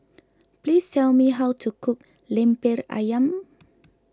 please tell me how to cook Lemper Ayam